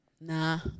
Nah